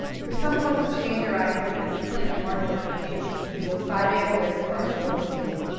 for some of us this change arrived through the discipline and hard work that we achieved through those five a m. lifts for our sports teams,